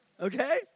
Okay